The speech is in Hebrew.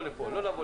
ננעלה